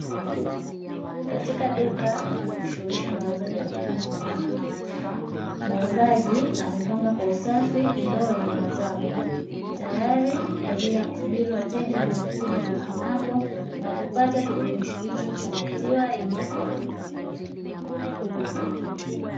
Katika duka linalo jishughulisha na uuzaji wa bidhaa zitokanazo na maziwa, muuzaji amepanga kwa usafi ndoo yenye maziwa mengi, tayari kwa ajili ya kusubiri wateja wanaokuja dukani hapo na kupata kiburudisho hicho cha maziwa yenye ubora.